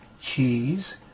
cheese